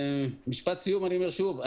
אני אומר שוב.